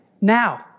now